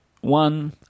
one